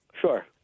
sure